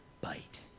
bite